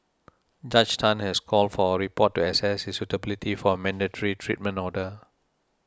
Judge Tan has called for a report to access his suitability for a mandatory treatment order